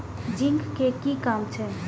Zinc के कि काम छै?